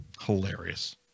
Hilarious